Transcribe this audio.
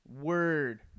word